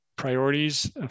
priorities